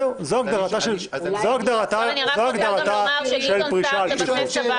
זהו, זו הגדרתה של פרישה על פי חוק.